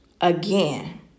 again